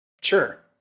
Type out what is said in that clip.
Sure